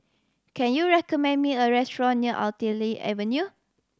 can you recommend me a restaurant near Artillery Avenue